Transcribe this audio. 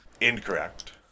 Incorrect